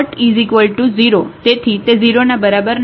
તેથી તે 0 ના બરાબર નથી